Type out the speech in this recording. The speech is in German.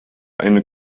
eine